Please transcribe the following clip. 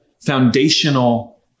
foundational